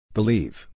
Believe